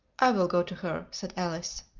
i will go to her, said alice.